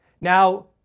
Now